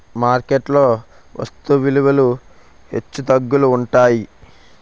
market లో వస్తు విలువలు హెచ్చుతగ్గులు ఉంటాయి